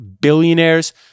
billionaires